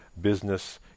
business